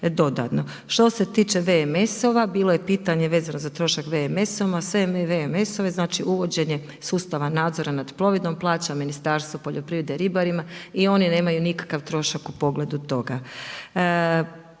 dodatno. Što se tiče VMS-ova bilo je pitanje vezano za trošak VMS-ova. Sve VMS-ove, znači uvođenje sustava nadzora nad plovidbom plaća Ministarstvo poljoprivrede ribarima i oni nemaju nikakav trošak u pogledu toga.